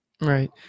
Right